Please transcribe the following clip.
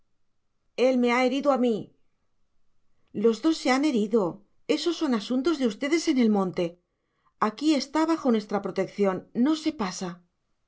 él me ha herido a mí los dos se han herido esos son asuntos de ustedes en el monte aquí está bajo nuestra protección no se pasa